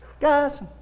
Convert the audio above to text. Guys